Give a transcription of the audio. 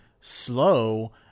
slow